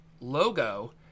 logo